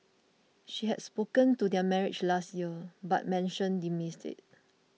she had spoken of their marriage last year but Manson dismissed it